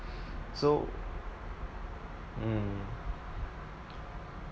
so mm